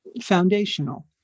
foundational